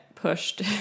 pushed